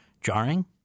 jarring